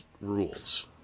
rules